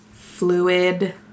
fluid